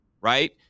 right